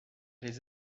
les